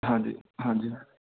ਹਾਂਜੀ ਹਾਂਜੀ